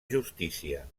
justícia